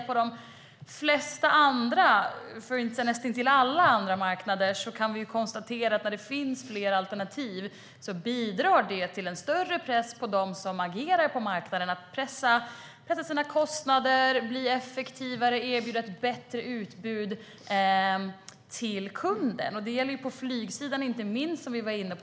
På de flesta, för att inte säga alla, andra marknader kan vi konstatera att när det finns flera alternativ bidrar det till en större press på dem som agerar på marknaden att pressa sina kostnader, bli effektivare och erbjuda ett bättre utbud till kunden. Som vi var inne på gäller detta inte minst på flygsidan.